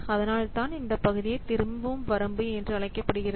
அதனால்தான் இந்தப் பகுதியை திரும்பும் வரம்பு என்று அழைக்கப்படுகிறது